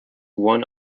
one